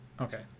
Okay